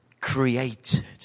Created